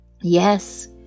Yes